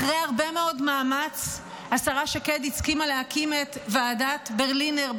אחרי הרבה מאוד מאמץ השרה שקד הסכימה להקים את ועדת ברלינר,